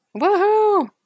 Woohoo